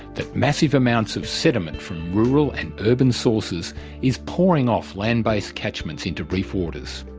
that massive amounts of sediment from rural and urban sources is pouring off land-based catchments into reef waters.